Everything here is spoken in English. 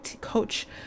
coach